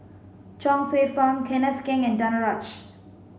Chuang Hsueh Fang Kenneth Keng and Danaraj